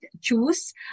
choose